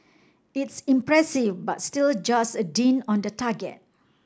it's impressive but still just a dint on the target